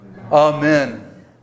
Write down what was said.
Amen